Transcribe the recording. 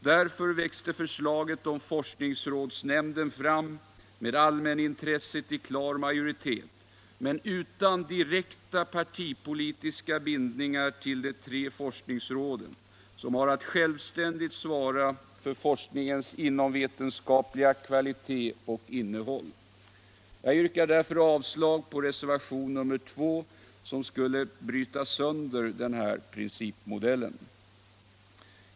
Därför växte förslaget om forskningsrådsnämnden fram med allmänintresset i 133 klar majoritet, men utan direkta partipolitiska bindningar till de tre forskningsråden, som har att självständigt svara för forskningens inomvetenskapliga kvalitet och innehåll. Jag yrkar därför avslag på reservation nr 2, som skulle bryta sönder denna principmodell.